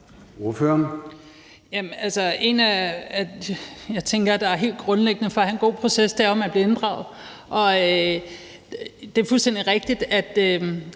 de ting, der er helt grundlæggende for at have en god proces, er, at man bliver inddraget. Det er fuldstændig rigtigt, at